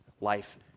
Life